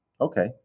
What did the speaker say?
Okay